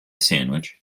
sandwich